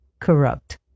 corrupt